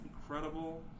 incredible